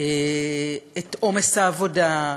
את עומס העבודה,